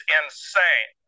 insane